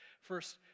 First